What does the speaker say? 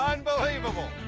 um unbelievable.